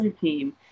team